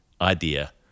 idea